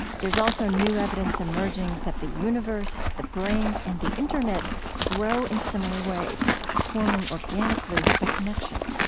there's also new evidence emerging that the universe, the brain, and the internet grow in similar ways forming organically by connection